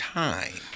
time